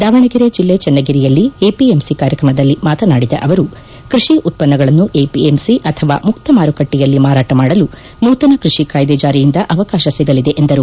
ದಾವಣಗೆರೆ ಜಿಲ್ಲೆ ಚನ್ನಗಿರಿಯಲ್ಲಿ ಎಪಿಎಂಸಿ ಕಾರ್ಯಕ್ರಮದಲ್ಲಿ ಮಾತನಾಡಿದ ಅವರು ಕೃಷಿ ಉತ್ಪನ್ನಗಳನ್ನು ಎಪಿಎಂಸಿ ಅಥವಾ ಮುಕ್ತ ಮಾರುಕಟ್ಟೆಯಲ್ಲಿ ಮಾರಾಟ ಮಾಡಲು ನೂತನ ಕೃಷಿ ಕಾಯಿದೆ ಜಾರಿಯಿಂದ ಅವಕಾಶ ಸಿಗಲಿದೆ ಎಂದರು